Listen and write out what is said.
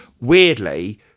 Weirdly